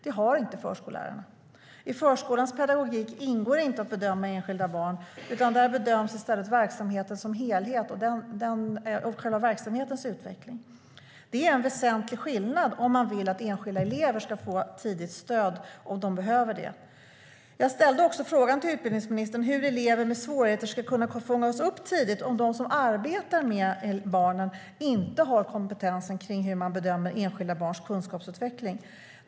Det har inte förskolläraren. I förskolans pedagogik ingår inte att bedöma enskilda barn, utan där bedöms i stället verksamheten som helhet och själva verksamhetens utveckling. Det är en väsentlig skillnad om man vill att enskilda elever ska få tidigt stöd om de behöver det. Jag ställde också frågan till utbildningsministern hur elever med svårigheter ska kunna fångas upp tidigt om de som arbetar med barnen inte har kompetensen att bedöma enskilda barns kunskapsutveckling.